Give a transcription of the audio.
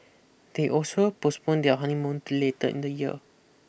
they also postponed their honeymoon to later in the year